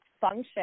function